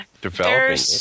developing